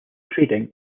trading